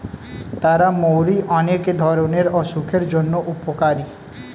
তারা মৌরি অনেক ধরণের অসুখের জন্য উপকারী